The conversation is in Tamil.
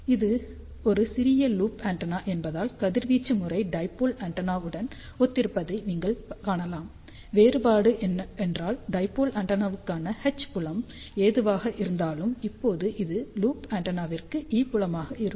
இது ஒரு சிறிய லூப் ஆண்டெனா என்பதால் கதிர்வீச்சு முறை டைபோல் ஆண்டெனாவுடன் ஒத்திருப்பதை நீங்கள் காணலாம் வேறுபாடு என்னவென்றால் டைபோல் ஆண்டெனாவுக்கான எச் புலம் எதுவாக இருந்தாலும் இப்போது இது லூப் ஆண்டெனாவிற்கு E புலம் ஆக இருக்கும்